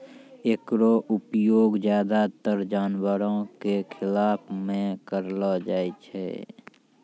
एकरो उपयोग ज्यादातर जानवरो क खिलाय म करलो जाय छै